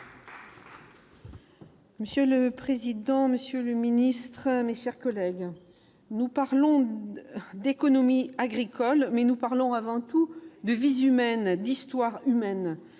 Monsieur le président, monsieur le ministre, mes chers collègues, nous parlons ici d'économie agricole, mais nous parlons avant tout de vies humaines, d'histoires humaines,